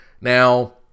Now